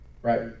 Right